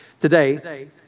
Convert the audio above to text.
today